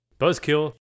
buzzkill